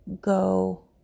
go